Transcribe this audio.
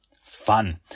fun